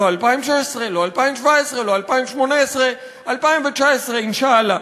לא 2016, לא 2017, לא 2018. 2019, אינשאללה.